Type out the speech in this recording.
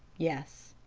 yes.